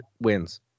wins